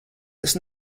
tas